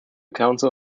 council